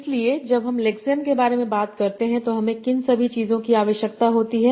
इसलिए जबहम लेक्सेम के बारे में बातकरते हैं तोहमें किन सभी चीजों की आवश्यकता होती है